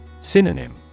Synonym